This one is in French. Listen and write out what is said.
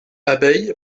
abeille